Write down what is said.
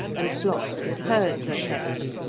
and flocks and herds are kept,